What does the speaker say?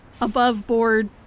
above-board